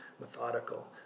methodical